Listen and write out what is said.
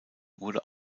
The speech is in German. wurde